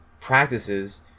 practices